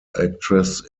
actress